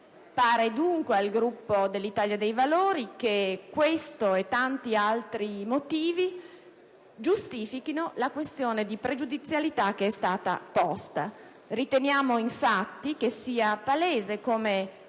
Pare dunque al Gruppo dell'Italia dei Valori che questo e tanti altri motivi giustifichino la questione pregiudiziale che è stata posta. Riteniamo infatti palese che,